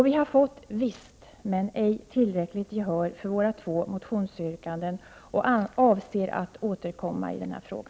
Vi har fått visst, men ej tillräckligt gehör för våra två motionsyrkanden och avser att återkomma i denna fråga.